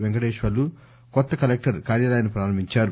పెంకటేశ్వర్లు కొత్త కలెక్టర్ కార్యాలయాన్సి ప్రారంభించారు